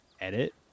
edit